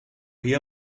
hier